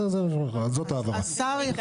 השר יכול